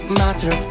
matter